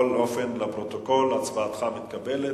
אני מודיע לפרוטוקול שהצבעתך מתקבלת.